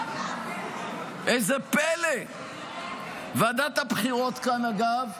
איזה פלא, ועדת הבחירות כאן, אגב,